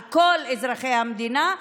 על כל אזרחי המדינה,